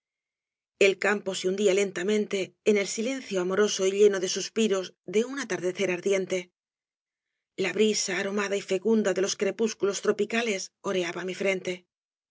el campo se hundía lentamente en el silencio amoroso y lleno de suspiros de un atardecer ardiente la brisa aromada y fecunda de los crepúsculos tropicales oreaba mi frente